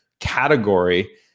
Category